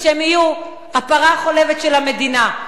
שהם יהיו הפרה החולבת של המדינה.